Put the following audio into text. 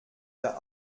der